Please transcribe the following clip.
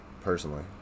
personally